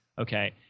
Okay